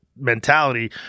mentality